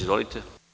Izvolite.